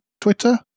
Twitter